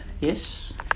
Yes